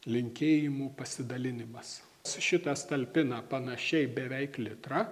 linkėjimų pasidalinimas su šitas talpina panašiai beveik litrą